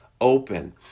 open